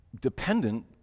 dependent